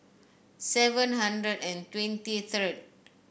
seven hundred and twenty third